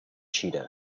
cheetah